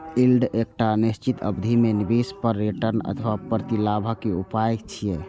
yield एकटा निश्चित अवधि मे निवेश पर रिटर्न अथवा प्रतिलाभक उपाय छियै